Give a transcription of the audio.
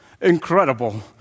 incredible